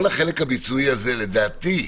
כל החלק הביצועי, לדעתי,